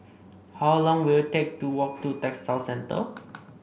how long will it take to walk to Textile Centre